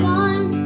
one